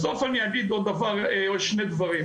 בסוף אני אגיד עוד שני דברים.